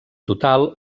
total